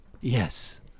Yes